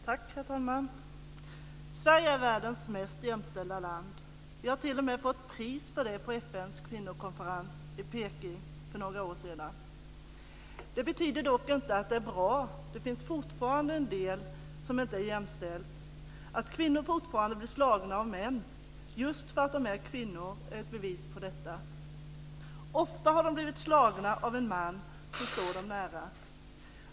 Herr talman! Sverige är världens mest jämställda land. Vi har t.o.m. fått pris för det vid FN:s kvinnokonferens i Peking för några år sedan. Detta betyder dock inte att situationen är bra. Det finns fortfarande en hel del som inte är jämställt. Att kvinnor fortfarande blir slagna av män just för att de är kvinnor är ett bevis på detta. Ofta har de blivit slagna av en man som står dem nära.